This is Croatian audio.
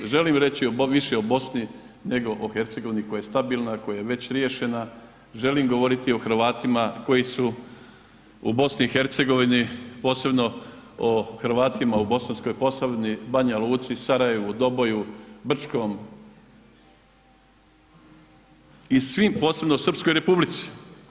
Želim reći više o Bosni nego o Hercegovini koja je stabilna, koja je već riješena, želim govoriti o Hrvatima koji su u BiH-u, posebno o Hrvatima u Bosanskoj Posavini, Banja Luci, Sarajevu, Doboju, Brčkom i svim posebno Srpskoj Republici.